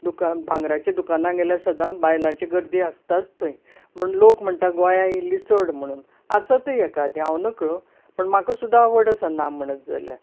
दुकान भांगराच्या दुकानान गेल्यार सदांच बायलांची गर्दी आसताच थंय पूण लोक म्हणटात गोंयांत इल्ली चड म्हणून आसतय एखादींय हांव नकळो पूण म्हाका सुद्दां आवड आसा ना म्हणत जाल्यार